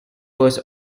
was